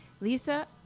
Lisa